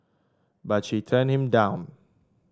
but she turned him down